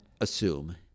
assume